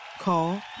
Call